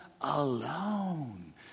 alone